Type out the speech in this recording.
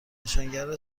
نشانگر